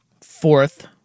Fourth